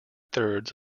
thirds